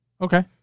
Okay